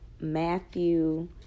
Matthew